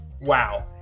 wow